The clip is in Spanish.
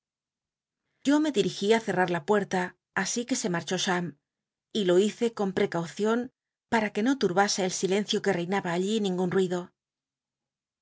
yo me dirigi á cel'l'ar la puerta así que se marchó cham y lo hice con prccaucion para c ue no lul'base el silencio que reinaba allí ningun ruido